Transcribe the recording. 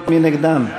מי נגדן?